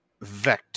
vect